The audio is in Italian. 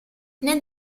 nel